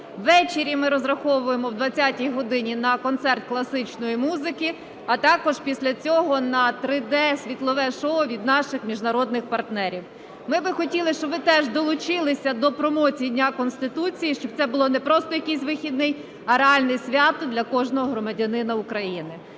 Ввечері ми розраховуємо в 20 годині на концентр класичної музики. А також після цього на 3D світлове шоу від наших міжнародних партнерів. Ми би хотіли, щоб ви теж долучилися до промоції до Дня Конституції, щоб це було непросто якийсь вихідний, а реальне свято для кожного громадянина України.